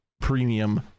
premium